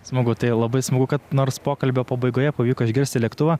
smagu tai labai smagu kad nors pokalbio pabaigoje pavyko išgirsti lėktuvą